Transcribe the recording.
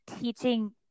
teaching